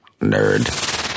nerd